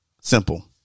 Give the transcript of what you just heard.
Simple